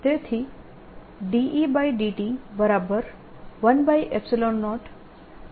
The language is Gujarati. તેથી dEdt10IA0 થશે